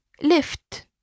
Lift